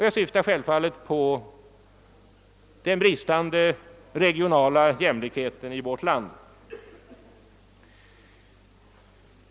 Jag syftar självfallet på den bristande regionala jämlikheten i vårt land.